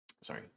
Sorry